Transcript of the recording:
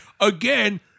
again